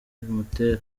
bimutera